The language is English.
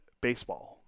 baseball